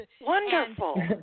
Wonderful